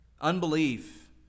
Unbelief